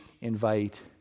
invite